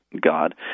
God